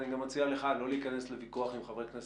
אני מציע לך לא להיכנס לוויכוח עם חברי הכנסת.